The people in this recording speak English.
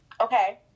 Okay